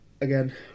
again